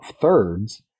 thirds